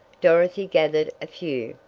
dorothy gathered a few,